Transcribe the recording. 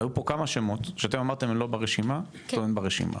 היו פה כמה שמות שאתם אמרתם שהם לא ברשימה והם כן ברשימה